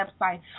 website